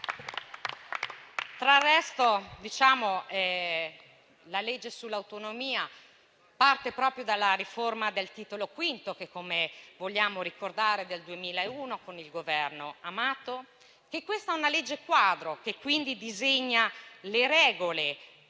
Del resto, la legge sull'autonomia parte proprio dalla riforma del Titolo V, che, come vogliamo ricordare, è stata approvata nel 2001 con il Governo Amato. Questa è una legge quadro che quindi disegna le regole,